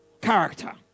character